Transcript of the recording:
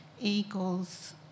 eagle's